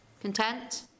Content